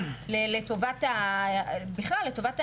לטובת הנגב בכלל.